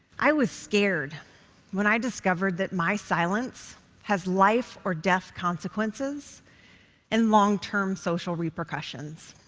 i was scared when i discovered that my silence has life-or-death consequences and long-term social repercussions.